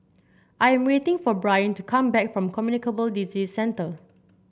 I am waiting for Brion to come back from Communicable Disease Centre